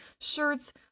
shirts